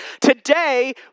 Today